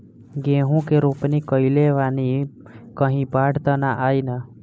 गेहूं के रोपनी कईले बानी कहीं बाढ़ त ना आई ना?